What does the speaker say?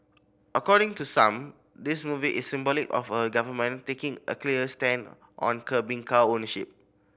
according to some this movie is symbolic of a government taking a clear stand on curbing car ownership